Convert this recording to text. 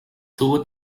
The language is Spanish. tuvo